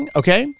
okay